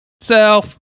self